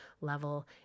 level